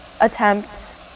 attempts